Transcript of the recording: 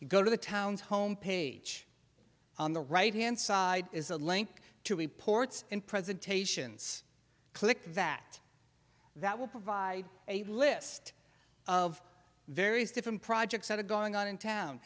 you go to the town's home page on the right hand side is a link to reports and presentations click that that will provide a list of various different projects that are going on in town